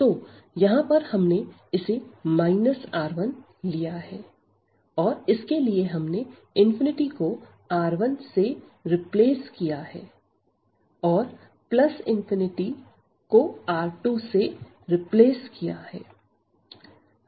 तो यहां पर हमने इसे R1 लिया है और इसके लिए हमने को R1 से रिप्लेस किया है और को R2 से रिप्लेस किया है